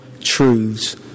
truths